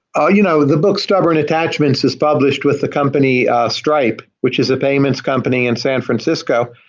ah you know, the book stubborn attachments is published with the company stripe, which is a payments company in san francisco,